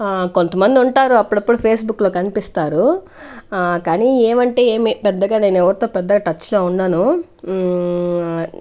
కొంత మంది ఉంటారు అప్పుడప్పుడు ఫేస్ బుక్ లో కనిపిస్తారు ఆ కానీ ఏమంటే ఏమి పెద్దగా నేను ఎవర్తో పెద్దగా టచ్ లో ఉండను